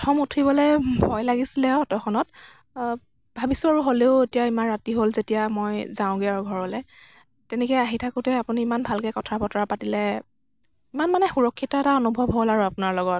প্ৰথম উঠিবলৈ ভয় লাগিছিলে আৰু অ'টখনত ভাবিছো আৰু হ'লেও এতিয়া ইমান ৰাতি হ'ল যেতিয়া মই যাওঁগৈ আৰু ঘৰলৈ তেনেকই আহি থাকোঁতে আপুনি ইমান ভালকৈ কথা বতৰা পাতিলে ইমান মানে সুৰক্ষিত এটা অনুভৱ হ'ল আৰু আপোনাৰ লগত